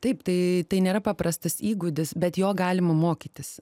taip tai tai nėra paprastas įgūdis bet jo galima mokytis